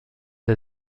der